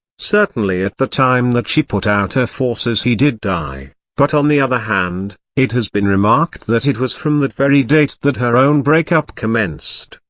certainly at the time that she put out her forces he did die, but on the other hand, it has been remarked that it was from that very date that her own break-up commenced,